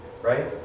Right